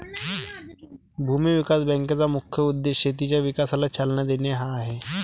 भूमी विकास बँकेचा मुख्य उद्देश शेतीच्या विकासाला चालना देणे हा आहे